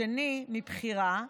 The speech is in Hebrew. השני, מבחירה,